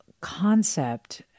concept